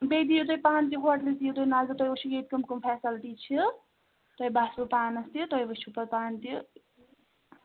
بیٚیہِ دِیِو تُہۍ پانہٕ تہِ ہوٹلَس دِیو تُہۍ نظر تُہۍ وُچھِو ییٚتہِ کٕم کٕم فیسَلٹی چھِ تۄہہِ باسوٕ پانَس تہِ تۄہہِ وٕچھِو پَتہٕ پانہٕ تہِ